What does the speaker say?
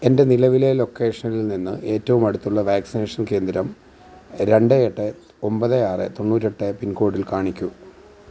എൻ്റെ നിലവിലെ ലൊക്കേഷനിൽ നിന്ന് ഏറ്റവും അടുത്തുള്ള വാക്സിനേഷൻ കേന്ദ്രം രണ്ട് എട്ട് ഒമ്പത് ആറ് തൊണ്ണൂറ്റെട്ട് പിൻകോഡിൽ കാണിക്കൂ